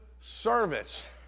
service